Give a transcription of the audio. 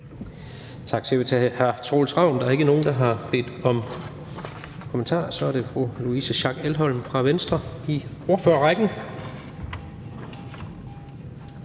Tak siger vi til hr. Troels Ravn. Der er ikke nogen, der har bedt om at komme med kommentarer. Så er det fru Louise Schack Elholm fra Venstre i ordførerrækken.